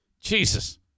Jesus